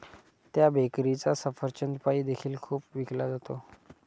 त्या बेकरीचा सफरचंद पाई देखील खूप विकला जातो